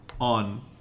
on